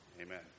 amen